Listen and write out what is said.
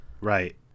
Right